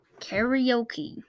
karaoke